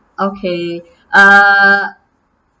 okay uh